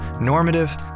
normative